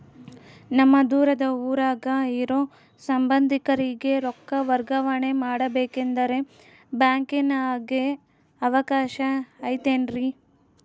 ನಮ್ಮ ದೂರದ ಊರಾಗ ಇರೋ ಸಂಬಂಧಿಕರಿಗೆ ರೊಕ್ಕ ವರ್ಗಾವಣೆ ಮಾಡಬೇಕೆಂದರೆ ಬ್ಯಾಂಕಿನಾಗೆ ಅವಕಾಶ ಐತೇನ್ರಿ?